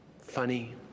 funny